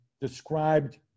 described